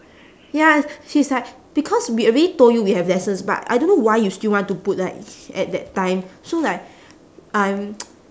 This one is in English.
ya she's like because we already told you we have lessons but I don't know why you still want to put like at that time so like I'm